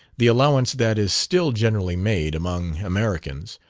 the allowance that is still generally made, among americans,